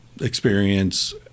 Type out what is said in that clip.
experience